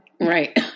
right